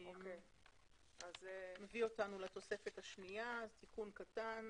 זה מביא אותנו לתוספת השנייה בה יש תיקון קטן